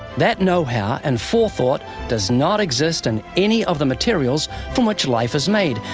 that know-how and forethought does not exist in any of the materials from which life is made,